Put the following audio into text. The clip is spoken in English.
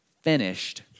finished